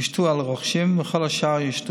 יושתו על הרוכשים, וכל השאר, יושת